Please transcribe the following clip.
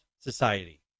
society